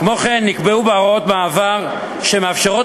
כמו כן נקבעו הוראות מעבר שמאפשרות